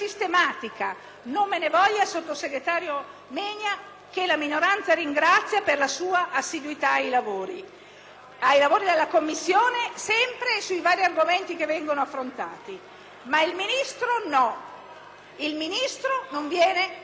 ai lavori della Commissione sui vari argomenti che vengono affrontati. Ma il Ministro no, il Ministro non viene mai, non sappiamo che cosa pensi su argomenti importanti, pure trattati nel decreto in esame.